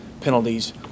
penalties